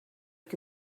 que